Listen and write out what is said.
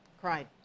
cried